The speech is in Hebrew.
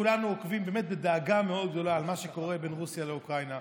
כולנו עוקבים בדאגה מאוד גדולה אחרי מה שקורה בין רוסיה לאוקראינה.